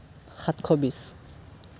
সাতশ বিছ